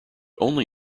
only